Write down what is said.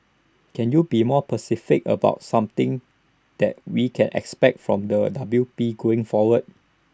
can you be more pecific about something that we can expect from the W P going forward